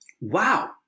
Wow